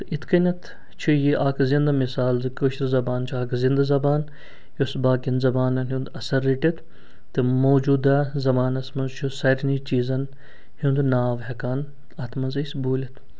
تہٕ اِتھٕ کٔنٮ۪تھ چھِ یہِ اَکھ زِنٛدٕ مِثال زِ کٲشِر زبان چھِ اَکھ زِنٛدٕ زبان یۄس باقِیَن زبانَن ہُنٛد اثر رٔٹِتھ تہٕ موجوٗداہ زمانَس منٛز چھُ سارنٕے چیٖزَن ہُنٛد ناو ہٮ۪کان اَتھ منٛز أسۍ بوٗلِتھ